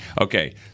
Okay